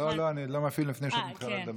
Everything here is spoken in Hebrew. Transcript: לא, אני לא מפעיל עד שאת מתחילה לדבר.